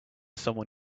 someone